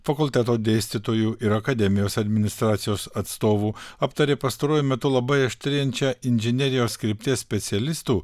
fakulteto dėstytojų ir akademijos administracijos atstovų aptarė pastaruoju metu labai aštrėjančią inžinerijos krypties specialistų